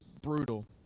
brutal